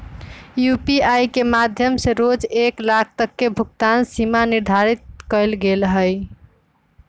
UPI के माध्यम से रोज एक लाख तक के भुगतान सीमा निर्धारित कएल गेल हइ